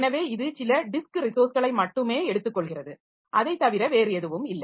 எனவே இது சில டிஸ்க் ரிசோர்ஸ்களை மட்டுமே எடுத்துக்கொள்கிறது அதைத் தவிர வேறு எதுவும் இல்லை